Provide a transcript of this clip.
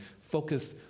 focused